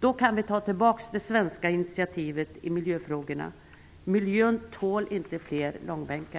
Då kan vi ta tillbaka det svenska initiativet i miljöfrågorna. Miljön tål inte fler långbänkar.